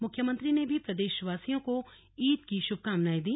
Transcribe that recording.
मुख्यमंत्री ने भी प्रदेशवासियों को ईद की शुभकामनाएं दी